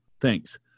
Thanks